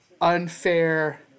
unfair